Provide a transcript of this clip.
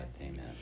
Amen